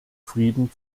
frieden